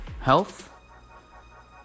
health